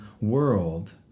world